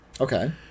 Okay